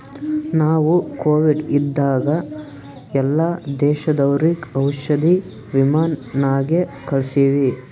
ನಾವು ಕೋವಿಡ್ ಇದ್ದಾಗ ಎಲ್ಲಾ ದೇಶದವರಿಗ್ ಔಷಧಿ ವಿಮಾನ್ ನಾಗೆ ಕಳ್ಸಿವಿ